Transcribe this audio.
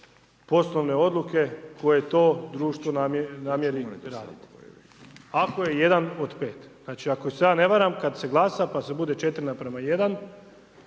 poslovne odluke koje to društvo namijeni raditi ako je jedan od 5. Znači, ako se ja ne varam, kad se glasa, pa se bude 4:1, pa to je